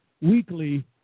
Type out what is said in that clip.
Weekly